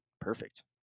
perfect